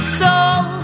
soul